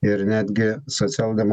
ir netgi socialdemokratų